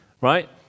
right